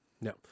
No